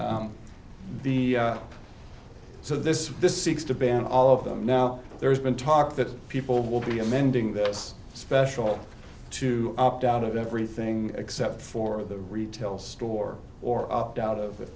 the so this this seeks to ban all of them now there's been talk that people will be amending this special to opt out of everything except for the retail store or up out of